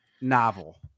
novel